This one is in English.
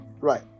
Right